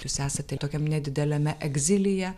jūs esate tokiam nedideliame egzilyje